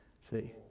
See